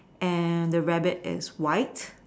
and the rabbit is white